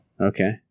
Okay